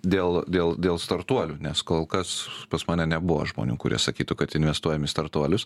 dėl dėl dėl startuolių nes kol kas pas mane nebuvo žmonių kurie sakytų kad investuojam į startuolius